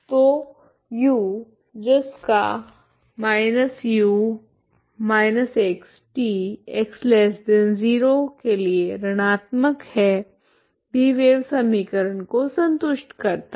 तो U जिसका u xt x0 के लिए ऋणात्मक है भी वेव समीकरण को संतुष्ट करता है